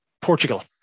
Portugal